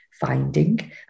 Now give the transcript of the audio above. finding